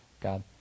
God